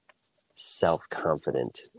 self-confident